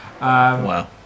Wow